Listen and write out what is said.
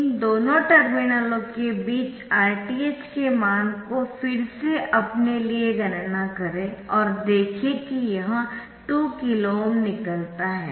इन दोनों टर्मिनलों के बीच Rth के मान को फिर से अपने लिए गणना करें और देखें कि यह 2 kΩ निकलता है